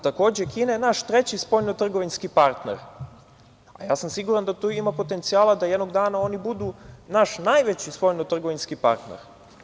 Takođe, Kina je naš treći spoljnotrgovinski partner, a ja sam siguran da tu ima potencijala da jednog dana oni budu naš najveći spoljnotrgovinski partner.